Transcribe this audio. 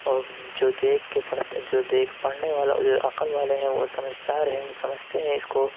اور جو دیکھ کے پڑھتا جو دیکھ پڑھنے والا جو عقل والے ہیں وہ سمجھ دار ہیں وہ سمجھتے ہیں اِس کو